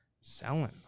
selling